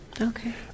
Okay